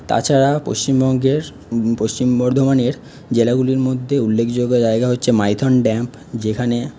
তাছাড়া পশ্চিমবঙ্গের পশ্চিম বর্ধমানের জেলাগুলির মধ্যে উল্লেখযোগ্য জায়গা হচ্ছে মাইথন ড্যাম যেখানে